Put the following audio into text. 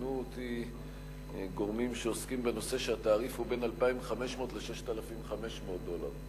עדכנו אותי גורמים שעוסקים בנושא שהתעריף הוא בין 2,500 ל-6,500 דולר.